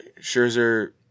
Scherzer